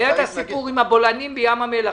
היה את הסיפור עם הבולענים בים המלח,